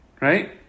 right